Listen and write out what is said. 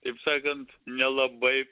taip sakant nelabai